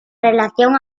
relación